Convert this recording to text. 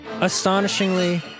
astonishingly